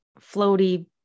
floaty